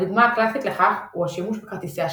הדוגמה הקלאסית לכך היא השימוש בכרטיסי אשראי.